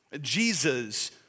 Jesus